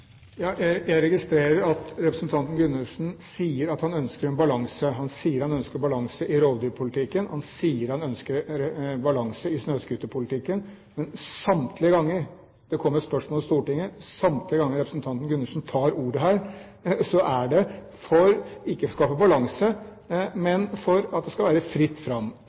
Jeg registrerer at representanten Gundersen sier at han ønsker en balanse. Han sier han ønsker balanse i rovdyrpolitikken. Han sier han ønsker balanse i snøscooterpolitikken. Men samtlige ganger det kommer spørsmål i Stortinget, samtlige ganger representanten Gundersen tar ordet her, er det ikke for å skape balanse, men for at det skal være fritt fram